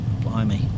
blimey